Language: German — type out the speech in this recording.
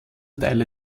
teile